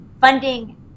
Funding